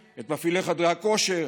את מפעילי חדרי הכושר,